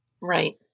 Right